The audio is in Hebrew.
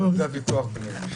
זה הוויכוח בינינו.